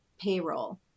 payroll